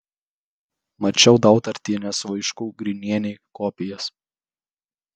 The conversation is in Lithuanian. mačiau dautartienės laiškų grinienei kopijas